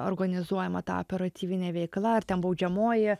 organizuojama tą operatyvinę veiklą ar ten baudžiamoji